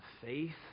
faith